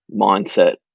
mindset